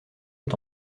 est